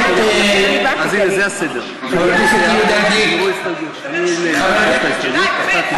למה זה חשוב לך?